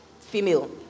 female